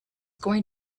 going